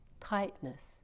tightness